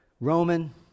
Roman